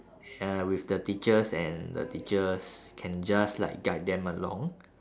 uh with the teachers and the teachers can just like guide them along